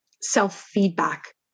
self-feedback